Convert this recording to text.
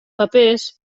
papers